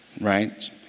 right